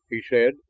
he said,